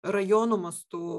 rajono mastu